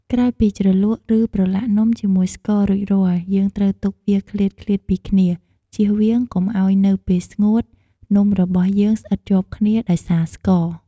ក្រោយពីជ្រលក់ ឬប្រឡាក់នំជាមួយស្កររួចរាល់ យើងត្រូវទុកវាឃ្លាតៗពីគ្នា ជៀសវាងកុំឱ្យនៅពេលស្ងួត នំរបស់យើងស្អិតជាប់គ្នាដោយសារស្ករ។